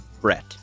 Brett